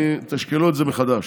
תשקלו את זה מחדש.